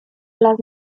las